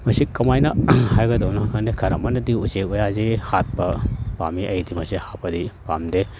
ꯃꯁꯤ ꯀꯃꯥꯏꯅ ꯍꯥꯏꯒꯗꯕꯅꯣ ꯈꯪꯗꯦ ꯈꯔ ꯑꯃꯅꯗꯤ ꯎꯆꯦꯛ ꯋꯥꯌꯥꯁꯤ ꯍꯥꯠꯄ ꯄꯥꯝꯏ ꯑꯩꯒꯤꯗꯤ ꯃꯁꯤ ꯍꯥꯠꯄꯗꯤ ꯄꯥꯝꯗꯦ